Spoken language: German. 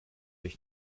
ich